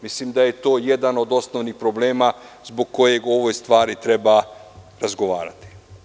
Mislim da je to jedan od osnovnih problema zbog kojeg o ovoj stvari treba razgovarati.